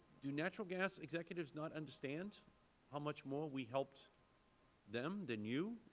do natural gas executives not understand how much more we helped them than you,